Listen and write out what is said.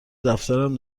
دفترم